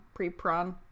Prepron